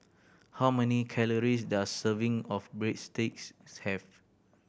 how many calories does a serving of Breadsticks have